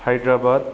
Hyderabad